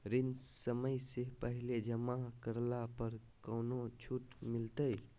ऋण समय से पहले जमा करला पर कौनो छुट मिलतैय?